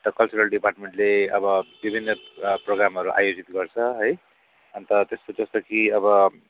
अन्त कल्चरल डिपार्टमेन्टले अब विभिन्न प्रोग्रामहरू आयोजित गर्छ है अन्त त्यस्तो जस्तो कि अब